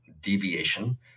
deviation